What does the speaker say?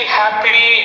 happy